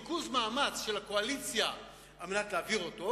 ריכוז מאמץ של הקואליציה על מנת להעביר אותו,